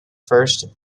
first